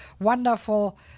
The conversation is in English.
wonderful